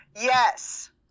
Yes